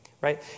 right